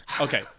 Okay